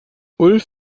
ulf